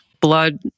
blood